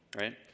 Right